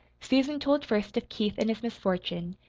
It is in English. susan told first of keith and his misfortune,